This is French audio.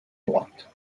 droite